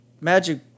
Magic